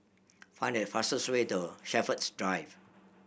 find the fastest way to Shepherds Drive